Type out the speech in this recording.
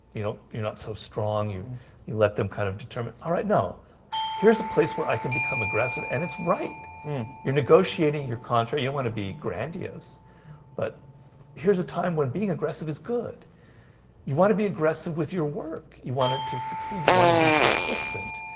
you know, you're not so strong you you let them kind of determine. all right now here's a place where i can become aggressive and it's right and you're negotiating you're contrary you want to be grandiose but here's a time when being aggressive is good you want to be aggressive with your work? you want it to succeed you want to be persistent?